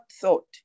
thought